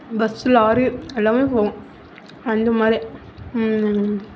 bus lorry எல்லாமே போகும் அந்தமாதிரி